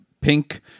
pink